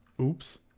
Oops